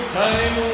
time